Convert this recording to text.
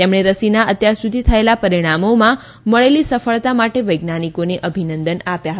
તેમણે રસીના અત્યાર સુધી થયેલા પરિણામોમાં મળેલી સફળતા માટે વૈજ્ઞાનિકોને અભિનંદન આપ્યા હતા